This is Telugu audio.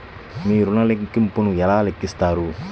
మీరు ఋణ ల్లింపులను ఎలా లెక్కిస్తారు?